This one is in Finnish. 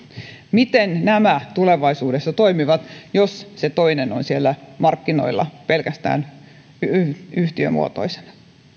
miten nämä tulevaisuudessa toimivat jos toinen on siellä markkinoilla pelkästään yhtiömuotoisena